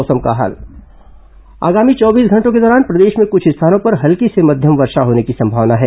मौसम आगामी चौबीस घंटों के दौरान प्रदेश में कुछ स्थानों पर हल्की से मध्यम वर्षा होने की संभावना है